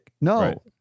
No